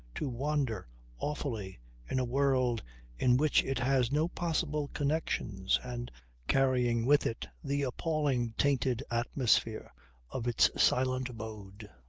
to wander awfully in a world in which it has no possible connections and carrying with it the appalling tainted atmosphere of its silent abode.